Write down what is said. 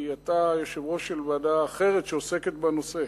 כי אתה יושב-ראש של ועדה אחרת שעוסקת בנושא,